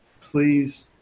please